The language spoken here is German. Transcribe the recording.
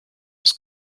aus